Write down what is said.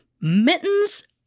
Mittens